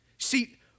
See